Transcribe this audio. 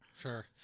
Sure